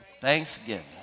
Thanksgiving